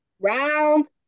Round